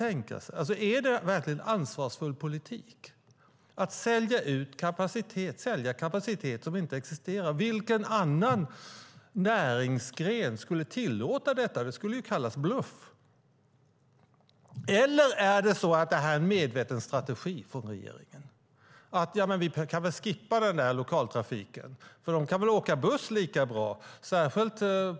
Är det verkligen en ansvarsfull politik att sälja kapacitet som inte existerar? Vilken annan näringsgren skulle tillåta detta? Det skulle kallas bluff. Eller är detta en medveten strategi från regeringen? Vi kan skippa den där lokaltrafiken - de kan väl lika bra åka buss. Är det så regeringen tänker?